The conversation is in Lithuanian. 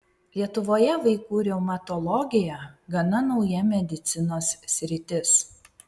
lietuvoje vaikų reumatologija gana nauja medicinos sritis